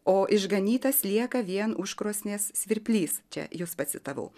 o išganytas lieka vien už krosnies svirplys čia jūs pacitavau